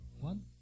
One